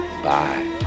Bye